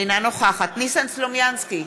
אינה נוכחת ניסן סלומינסקי,